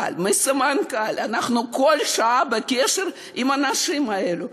אני עברתי אתמול עם היזמים דירה-דירה,